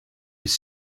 his